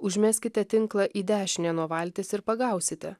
užmeskite tinklą į dešinę nuo valties ir pagausite